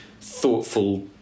thoughtful